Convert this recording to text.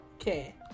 Okay